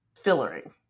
fillering